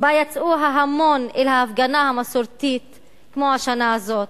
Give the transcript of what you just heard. שבה יצא ההמון אל ההפגנה המסורתית כמו השנה הזאת.